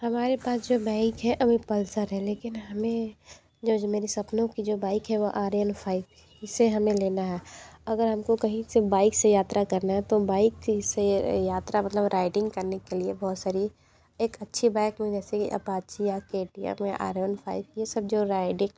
हमारे पास जो बाइक है वो पल्सर है लेकिन हमें जो जो मेरी सपनों की जो बाइक है वो आर्यन फाइव इसे हमें लेना है अगर हमको कहीं से बाइक से यात्रा करना है तो बाइक से यात्रा मतलब राइडिंग करने के लिए बहुत सारी एक अच्छी बाइक में जैसे कि अपाची या के टी अम या आर वन फाइव ये सब जो राइडिग